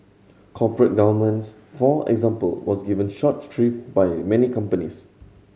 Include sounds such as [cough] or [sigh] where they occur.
corporate governance for example was given short [unintelligible] by many companies